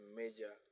major